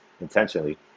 Intentionally